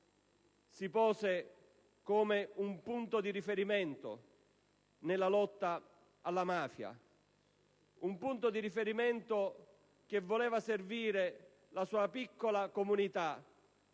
si pose come un punto di riferimento nella lotta alla mafia; un punto di riferimento che voleva servire la sua piccola comunità,